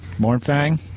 Mornfang